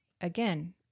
again